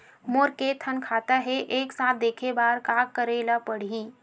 मोर के थन खाता हे एक साथ देखे बार का करेला पढ़ही?